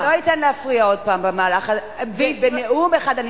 אני לא אתן להפריע עוד פעם במהלך נאום אחד.